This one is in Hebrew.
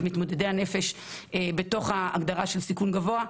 מתמודדי הנפש בתוך ההגדרה של סיכון גבוה.